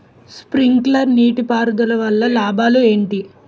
Sprinkler నీటిపారుదల వల్ల లాభాలు ఏంటి?